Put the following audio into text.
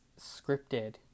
scripted